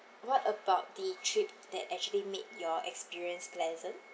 what about the trip that actually make your experience pleasant